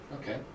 Okay